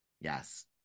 yes